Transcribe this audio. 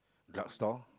drug store